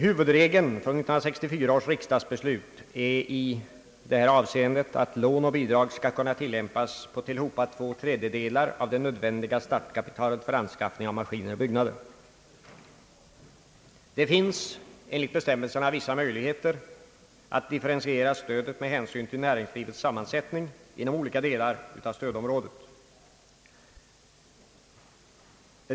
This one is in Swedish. Huvudregeln i 1964 års riksdagsbeslut i det här avseendet är att lån och bidrag skall kunna lämnas upp till två tredjedelar av det nödvändiga startkapitalet för anskaffning av maskiner och byggnader. Det finns enligt bestämmelserna vissa möjligheter att differentiera stödet med hänsyn till näringslivets sammansättning inom olika delar av stödområdet.